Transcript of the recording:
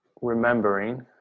remembering